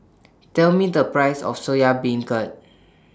Tell Me The priceS of Soya Beancurd